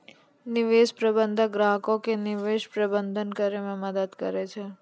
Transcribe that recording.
निवेश प्रबंधक ग्राहको के निवेश प्रबंधन करै मे मदद करै छै